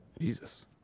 jesus